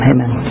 Amen